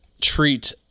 treat